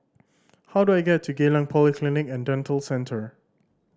how do I get to Geylang Polyclinic and Dental Centre